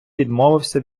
відмовився